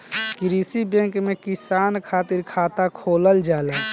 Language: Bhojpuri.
कृषि बैंक में किसान खातिर खाता खोलल जाला